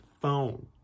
phone